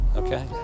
okay